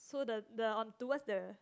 so the the on towards the